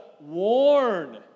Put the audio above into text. warn